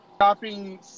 shopping